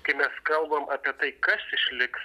kai mes kalbam apie tai kas išliks